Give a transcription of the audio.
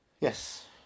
Yes